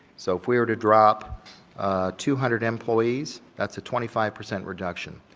so, if we were to drop two hundred employees, that's a twenty five percent reduction.